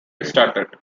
restarted